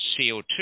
CO2